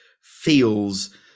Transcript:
feels